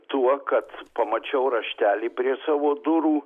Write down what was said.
tuo kad pamačiau raštelį prie savo durų